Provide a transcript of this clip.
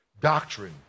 doctrine